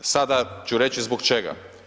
Sada ću reći zbog čega.